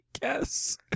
guess